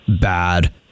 bad